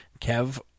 Kev